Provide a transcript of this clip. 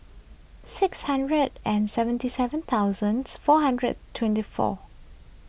six hundred and seventy seven thousands four hundred twenty four